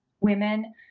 women